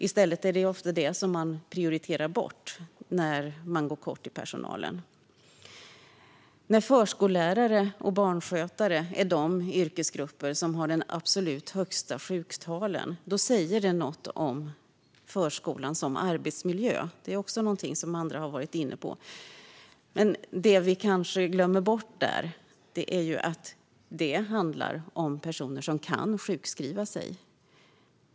I stället är det ofta det arbetet som prioriteras bort när det är kort om personal. Förskollärare och barnskötare är de yrkesgrupper som har de absolut högsta sjuktalen. Det säger något om förskolan som arbetsmiljö. Det är också något som andra har varit inne på. Det vi kanske glömmer bort är att det handlar om personer som kan sjukskriva sig.